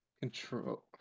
Control